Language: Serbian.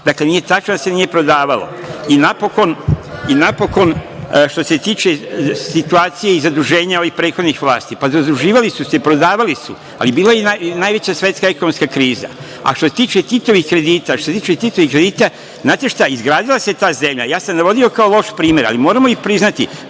Dakle, nije tačno da se nije prodavalo, Napokon, što se tiče situacije i zaduženja ovih prethodnih vlasti. Pa, zaduživali su se i prodavali su, ali bila je i najveća svetska ekonomska kriza. Što se tiče Titovih kredita, znate šta? Izgradila se ta zemlja, ja sam navodio kao loš primer, ali moramo priznati